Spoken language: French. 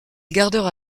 gardera